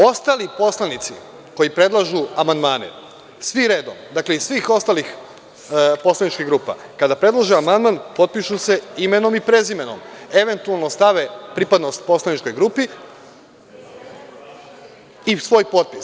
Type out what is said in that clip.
Ostali poslanici koji predlažu amandmane svi redom, iz svih ostalih poslaničkih grupa kada predlože amandman potpišu se imenom i prezimenom, eventualno stave pripadnost poslaničkoj grupi i svoj potpis.